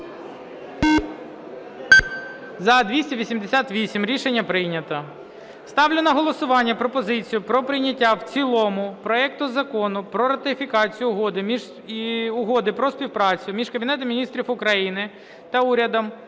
За-288 Рішення прийнято. Ставлю на голосування пропозицію про прийняття в цілому проекту Закону про ратифікацію Угоди про співпрацю між Кабінетом Міністрів України та Урядом